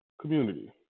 community